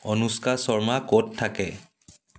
অনুস্কা শৰ্মা ক'ত থাকে